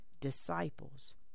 disciples